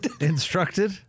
Instructed